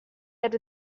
had